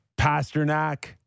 Pasternak